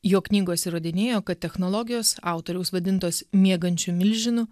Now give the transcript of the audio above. jo knygos įrodinėjo kad technologijos autoriaus vadintos miegančiu milžinu